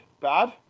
bad